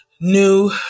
New